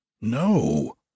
No